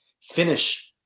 finish